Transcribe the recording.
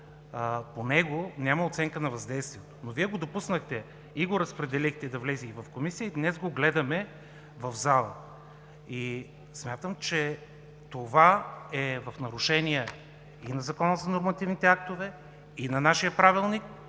по него няма оценка на въздействието. Но Вие го допуснахте и го разпределихте да влезе и в Комисия и днес го гледаме в залата. Смятам, че това е в нарушение и на Закона за нормативните актове, и на нашия Правилник,